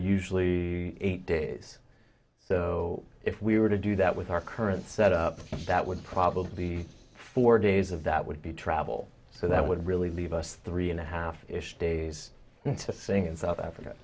usually eight days so if we were to do that with our current set up that would probably be four days of that would be travel so that would really leave us three and a half ish days into the thing in south africa